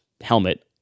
helmet